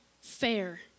fair